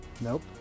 Nope